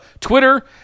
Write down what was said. Twitter